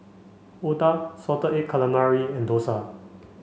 Otah salted egg calamari and Dosa